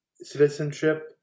citizenship